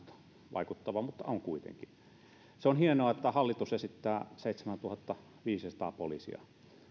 vaikuttava asia mutta vaikuttava kuitenkin se on hienoa että hallitus esittää seitsemäntuhattaviisisataa poliisia